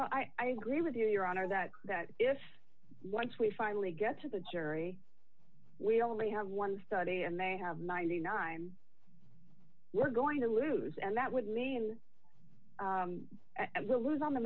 claims i agree with you your honor that that if once we finally get to the jury we only have one study and they have ninety nine we're going to lose and that would mean the lose on the